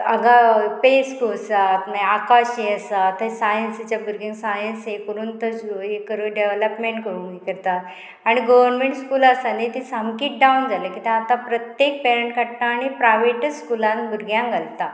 हांगा पे स्कूल आसात मागीर आकाश हे आसा थंय सायन्सीच्या भुरग्यांक सायन्स हे करून तशे हे करून डेवलॉपमेंट करूंक हे करतात आनी गोवोरमेंट स्कूल आसा न्ही ती सामकीत डावन जाली कित्याक आतां प्रत्येक पेरेंट काडटा आणी प्रायवेट स्कुलान भुरग्यांक घालता